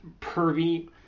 pervy